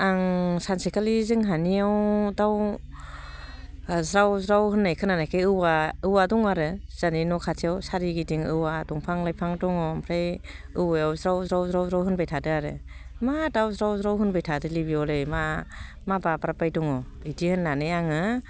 आं सानसेखालि जोंहानियाव दाउ ज्राव ज्राव होननाय खोनानायखाय औवा दं आरो जोंहानि न' खाथियाव सोरिगिदिं औवा दंफां लाइफां दङ ओमफ्राय औवायाव ज्राव ज्राव ज्राव ज्राव होनबाय थादों आरो मा दाउ ज्राव ज्राव होनबाय थादोंलै बेयावलाय मा मा बाब्राबबाय दङ बिदि होननानै आङो